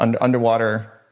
Underwater